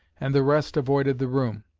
and the rest avoided the room.